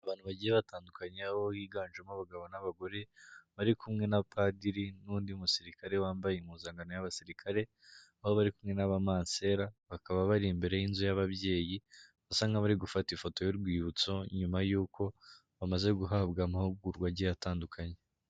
Abantu bagiye batandukanya, aho biganjemo abagabo n'abagore, bari kumwe na padiri n'undi musirikare wambaye impuzankano y'abasirikare, aho bari kumwe n'abamansera, bakaba bari imbere y'inzu y'ababyeyi, bisa nk'aho bari gufata ifoto y'urwibutso nyuma y'uko bamaze guhabwa amahugurwa agiye atandukanye.